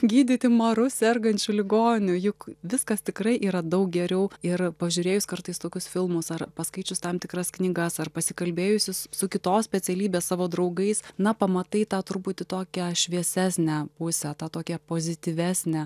gydyti maru sergančių ligonių juk viskas tikrai yra daug geriau ir pažiūrėjus kartais tokius filmus ar paskaičius tam tikras knygas ar pasikalbėjusi su kitos specialybės savo draugais na pamatai tą truputį tokią šviesesnę pusę tą tokia pozityvesnę